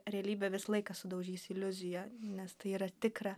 realybė visą laiką sudaužys iliuziją nes tai yra tikra